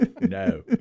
No